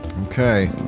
Okay